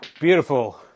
Beautiful